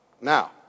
Now